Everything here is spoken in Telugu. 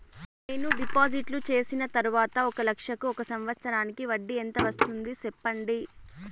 నేను డిపాజిట్లు చేసిన తర్వాత ఒక లక్ష కు ఒక సంవత్సరానికి వడ్డీ ఎంత వస్తుంది? సెప్పండి?